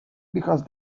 because